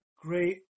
great